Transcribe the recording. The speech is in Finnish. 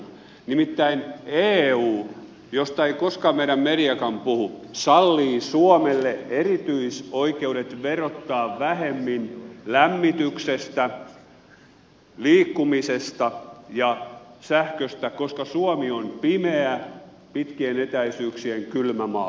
nimittäin eu siitä ei koskaan meidän mediammekaan puhu sallii suomelle erityisoikeudet verottaa vähemmän lämmityksestä liikkumisesta ja sähköstä koska suomi on pimeä pitkien etäisyyksien kylmä maa